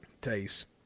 taste